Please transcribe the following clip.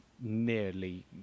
nearly